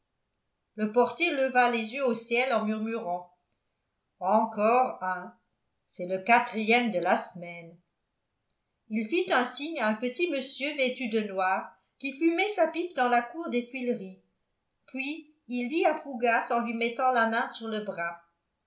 le portier leva les yeux au ciel en murmurant encore un c'est le quatrième de la semaine il fit un signe à un petit monsieur vêtu de noir qui fumait sa pipe dans la cour des tuileries puis il dit à fougas en lui mettant la main sur le bras